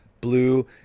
blue